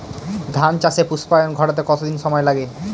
ধান চাষে পুস্পায়ন ঘটতে কতো দিন সময় লাগে?